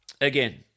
again